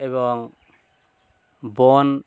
এবং বন